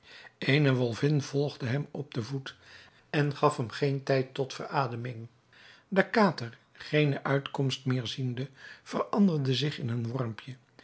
eene wolvin volgde hem op den voet en gaf hem geen tijd tot verademing de kater geene uitkomst meer ziende veranderde zich in een wormpje